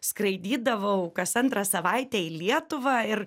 skraidydavau kas antrą savaitę į lietuvą ir